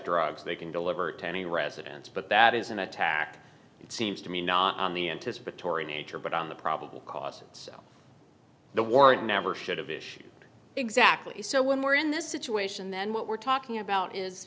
drugs they can deliver to any residence but that is an attack it seems to me not on the anticipatory nature but on the probable cause so the warrant never should have issued exactly so when we're in this situation then what we're talking about is